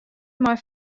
mei